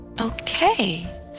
Okay